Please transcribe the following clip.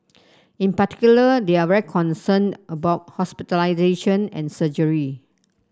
in particular they are very concerned about hospitalisation and surgery